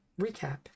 recap